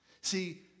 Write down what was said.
See